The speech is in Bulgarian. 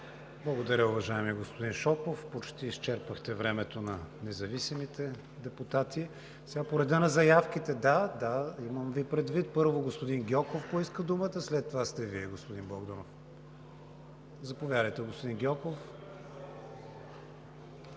Благодаря Ви, уважаеми господин Шопов. Почти изчерпахте времето на независимите депутати. По реда на заявките – първо господин Гьоков поиска думата, след това сте Вие, господин Богданов. Заповядайте, господин Гьоков.